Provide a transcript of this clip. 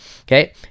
Okay